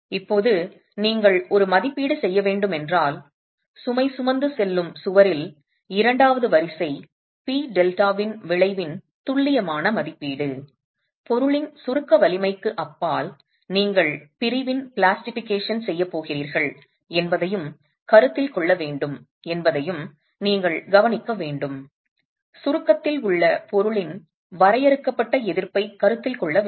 இப்போது நீங்கள் ஒரு மதிப்பீடு செய்ய வேண்டும் என்றால் சுமை சுமந்து செல்லும் சுவரில் இரண்டாவது வரிசை P டெல்டாவின் விளைவின் துல்லியமான மதிப்பீடு பொருளின் சுருக்க வலிமைக்கு அப்பால் நீங்கள் பிரிவின் பிளாஸ்டிஃபிகேஷன் செய்யப் போகிறீர்கள் என்பதையும் கருத்தில் கொள்ள வேண்டும் என்பதையும் நீங்கள் கவனிக்க வேண்டும் சுருக்கத்தில் உள்ள பொருளின் வரையறுக்கப்பட்ட எதிர்ப்பைக் கருத்தில் கொள்ள வேண்டும்